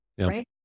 Right